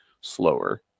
slower